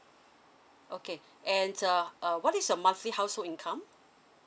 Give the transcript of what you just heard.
okay and uh uh what is your monthly household income